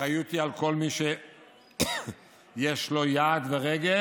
האחריות היא על כל מי שיש לו יד ורגל